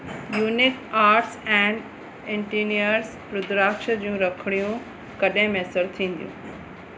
unique arts and interiors rudraksha जूं रखड़ियूं कॾहिं मुयसरु थींदियूं